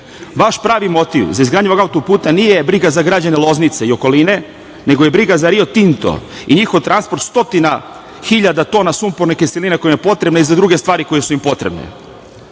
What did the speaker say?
pravi motiv za izgradnju auto-puta nije briga za građane Loznice i okoline, nego je briga za Rio Tinto i njihov transport stotina hiljada tona sumporne kiseline koja im je potrebna i za druge stvari koje su im potrebne. Auto-put